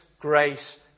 grace